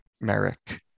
Merrick